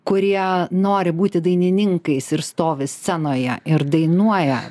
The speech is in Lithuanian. kurie nori būti dainininkais ir stovi scenoje ir dainuoja